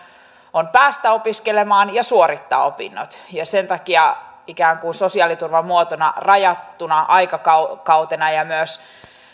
on päästä opiskelemaan ja suorittaa opinnot sen takia ikään kuin sosiaaliturvan muotona rajattuna aikakautena ja myös